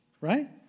right